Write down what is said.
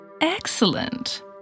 Excellent